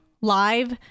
live